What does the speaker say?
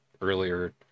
earlier